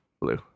Blue